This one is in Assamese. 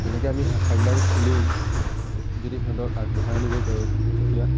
এনেকৈ আমি শাখাবিলাক খুলি যদি সিহঁতক আগবঢ়াই নিব পাৰোঁ তেতিয়া